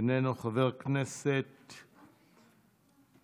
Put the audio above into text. איננו, חברת הכנסת אלינה,